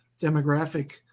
demographic